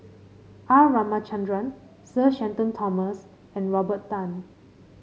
R Ramachandran Sir Shenton Thomas and Robert Tan